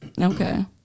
Okay